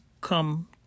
come